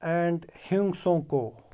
and ہِونگ سونگکو